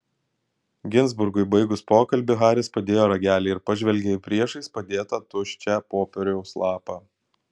ginzburgui baigus pokalbį haris padėjo ragelį ir pažvelgė į priešais padėtą tuščią popieriaus lapą